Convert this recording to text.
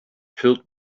filled